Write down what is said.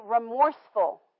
remorseful